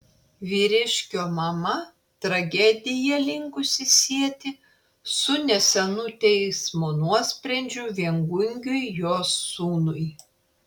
vyriškio mama tragediją linkusi sieti su nesenu teismo nuosprendžiu viengungiui jos sūnui